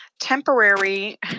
temporary